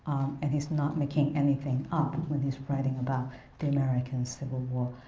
and he's not making anything up when he's writing about the american civil war.